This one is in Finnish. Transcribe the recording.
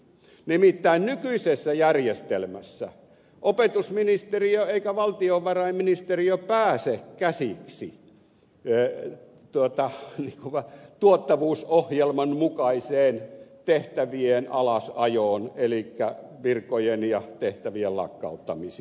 nimittäin nykyisessä järjestelmässä ei opetusministeriö eikä valtiovarainministeriö pääse käsiksi tuottavuusohjelman mukaiseen tehtävien alasajoon elikkä virkojen ja tehtävien lakkauttamisiin